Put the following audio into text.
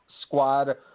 squad